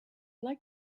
like